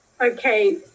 okay